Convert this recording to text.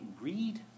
read